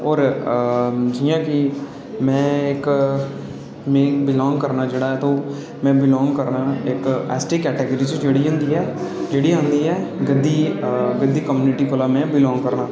और जि'यां कि में इक बिलोंग करना जेह्ड़ा में करना इक एस टी कैटेगरी जेह्ड़ी होंदी ऐ जेह्ड़ी होंदी गद्दी कम्युनिटी कोला में बिलोंग करना